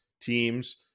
teams